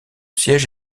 siège